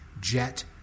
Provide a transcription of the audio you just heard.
Jet